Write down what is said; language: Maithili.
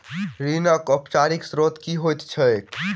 ऋणक औपचारिक स्त्रोत की होइत छैक?